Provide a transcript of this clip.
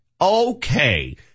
okay